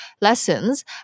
lessons